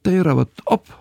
tai yra vat op